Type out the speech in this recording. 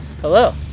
Hello